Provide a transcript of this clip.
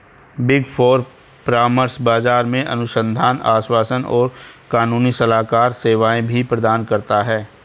big four परामर्श, बाजार अनुसंधान, आश्वासन और कानूनी सलाहकार सेवाएं भी प्रदान करता है